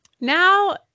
now